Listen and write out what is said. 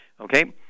Okay